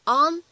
on